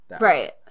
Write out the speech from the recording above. right